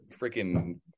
freaking